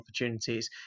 opportunities